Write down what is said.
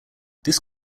this